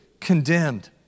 condemned